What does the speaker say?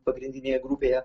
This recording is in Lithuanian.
pagrindinėje grupėje